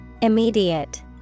Immediate